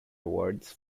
awards